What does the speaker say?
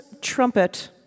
trumpet